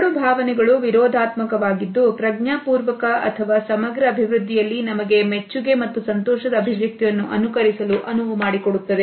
ಎರಡು ಭಾವನೆಗಳು ವಿರೋಧಾತ್ಮಕ ವಾಗಿದ್ದು ಪ್ರಜ್ಞಾಪೂರ್ವಕ ಅಥವಾ ಸಮಗ್ರ ಅಭಿವೃದ್ಧಿಯಲ್ಲಿ ನಮಗೆ ಮೆಚ್ಚುಗೆ ಮತ್ತು ಸಂತೋಷದ ಅಭಿವ್ಯಕ್ತಿಯನ್ನು ಅನುಕರಿಸಲು ಅನುವುಮಾಡಿಕೊಡುತ್ತದೆ